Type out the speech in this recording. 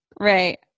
Right